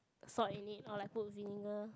salt in it or like put ginger